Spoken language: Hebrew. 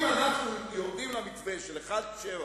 אם אנחנו יורדים למתווה של 1.7,